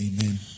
Amen